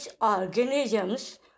organisms